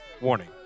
Warning